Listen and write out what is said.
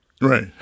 Right